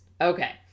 Okay